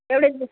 एवढे दि